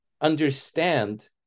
Understand